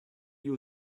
you